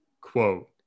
Quote